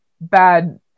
bad